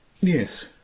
Yes